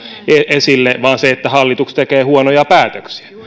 esille vaan se että hallitus tekee huonoja päätöksiä